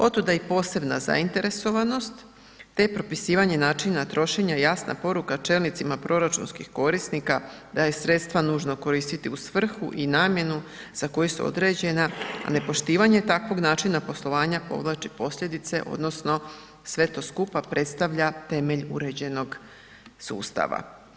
Otuda i posebna zainteresiranost te propisivanje načina trošenja je jasna poruka čelnicima proračunskih korisnika da je sredstva nužno koristiti u svrhu i namjenu za koju su određena a nepoštivanje takvog načina poslovanja povlači posljedice odnosno sve to skupa predstavlja temelj uređenog sustava.